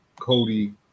Cody